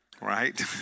Right